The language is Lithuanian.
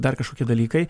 dar kažkokie dalykai